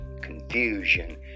confusion